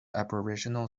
aboriginal